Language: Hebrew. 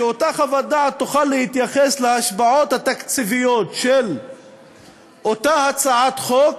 ושאותה חוות דעת תוכל להתייחס להשפעות התקציביות של אותה הצעת חוק